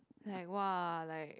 like !wah! like